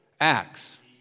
Acts